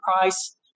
price